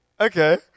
okay